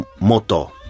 Moto